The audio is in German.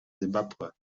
simbabwe